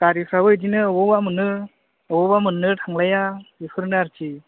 गारिफ्राबो बिदिनो अबावबा मोनो अबावबा मोननो थांलाया बेफोरनो आरोखि